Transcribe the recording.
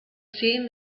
seen